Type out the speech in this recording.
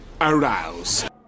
arouse